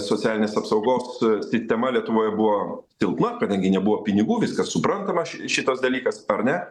socialinės apsaugos sistema lietuvoje buvo silpna kadangi nebuvo pinigų viskas suprantama šitas dalykas ar ne